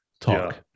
talk